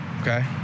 okay